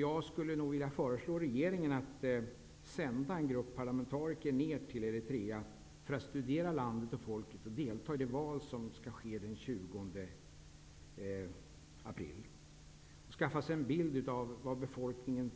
Jag skulle vilja föreslå regeringen att sända en grupp parlamentariker till Eritrea för att studera landet och folket samt delta i det val som skall ske den 20 april. De kan skaffa sig en bild av vad befolkningen